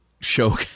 show